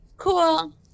cool